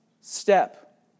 step